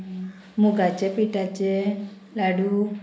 मुगाच्या पिठाचे लाडू